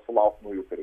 sulaukt naujų karių